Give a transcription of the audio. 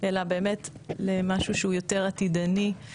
אלא באמת למשהו שהוא יותר עתידני.